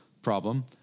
problem